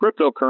cryptocurrency